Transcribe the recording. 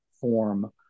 form